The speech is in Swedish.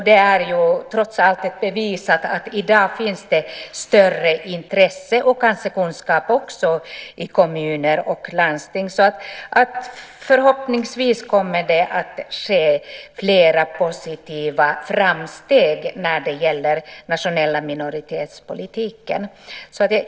Det är trots allt ett bevis på att det i dag finns ett större intresse och kanske också kunskap i kommuner och landsting. Förhoppningsvis kommer det att ske fler positiva framsteg när det gäller den nationella minoritetspolitiken.